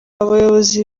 bayobozi